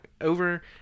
over